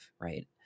right